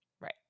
Right